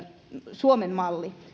suomen malli